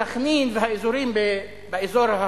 סח'נין והאזור ההוא,